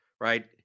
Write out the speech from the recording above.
Right